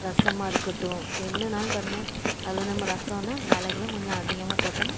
ரசம்மாக இருக்கட்டும் என்னென்னாலும் பாருங்க அதில் வந்து நம்ம ரசம்னா மிளகுலாம் கொஞ்சம் அதிகமாக போட்டேம்னா